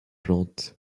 plante